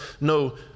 no